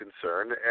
concerned